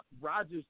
Rogers